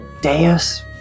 Deus